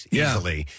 easily